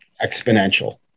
exponential